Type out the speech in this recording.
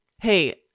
Hey